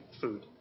food